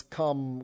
come